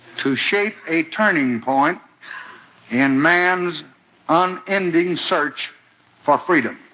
to shape a turning point in man's um unending search for freedom.